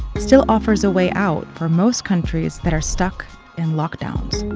still offers a way out for most countries that are stuck in lockdowns.